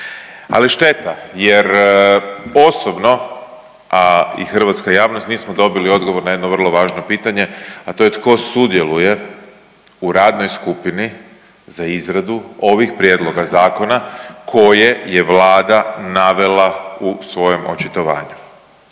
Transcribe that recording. Ali šteta, osobno a i hrvatska javnost nismo dobili odgovor na jedno vrlo važno pitanje a to je tko sudjeluje u radnoj skupini za izradu ovih prijedloga zakona koje je Vlada navela u svojem očitovanju.